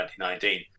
2019